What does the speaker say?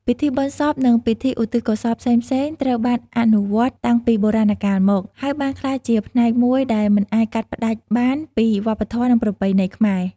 ពិធីបុណ្យសព និងពិធីឧទ្ទិសកុសលផ្សេងៗ ត្រូវបានអនុវត្តន៍តាំងពីបុរាណកាលមក ហើយបានក្លាយជាផ្នែកមួយដែលមិនអាចកាត់ផ្តាច់បានពីវប្បធម៌ និងប្រពៃណីខ្មែរ។